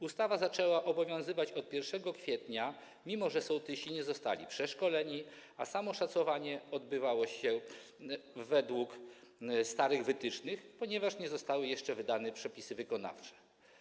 Ustawa zaczęła obowiązywać od 1 kwietnia, mimo że sołtysi nie zostali przeszkoleni, a samo szacowanie odbywało się według starych wytycznych, ponieważ nie zostały jeszcze wydane przepisy wykonawcze.